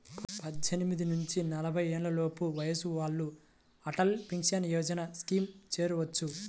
పద్దెనిమిది నుంచి నలభై ఏళ్లలోపు వయసున్న వాళ్ళు అటల్ పెన్షన్ యోజన స్కీమ్లో చేరొచ్చు